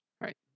right